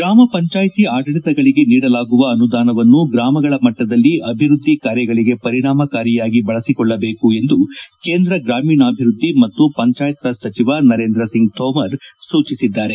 ಗ್ರಾಮಪಂಚಾಯಿತಿ ಆದಳಿತಗಳಿಗೆ ನೀಡಲಾಗುವ ಅನುದಾನವನ್ನು ಗ್ರಾಮಗಳ ಮಟ್ಟದಲ್ಲಿ ಅಭಿವೃದ್ದಿ ಕಾರ್ಯಗಳಿಗೆ ಪರಿಣಾಮಕಾರಿಯಾಗಿ ಬಳಸಿಕೊಳ್ಳಬೇಕು ಎಂದು ಕೇಂದ್ರ ಗ್ರಾಮೀಣಾಭಿವೃದ್ದಿ ಮತ್ತು ಪಂಚಾಯತ್ ರಾಜ್ ಸಚಿವ ನರೇಂದ್ರ ಸಿಂಗ್ ತೋಮರ್ ಸೂಚಿಸಿದ್ದಾರೆ